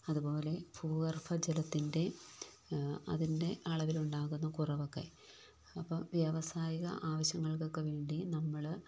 അതുപോലെ ഭൂഗർഭ ജലത്തിൻ്റെ അതിൻ്റെ അളവിലുണ്ടാകുന്ന കുറവൊക്കെ അപ്പോൾ വ്യവസായിക ആവശ്യങ്ങൾക്കൊക്കെവേണ്ടി നമ്മൾ